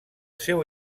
seu